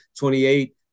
28